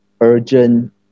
urgent